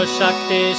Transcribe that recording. Shakti